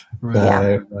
right